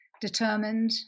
determined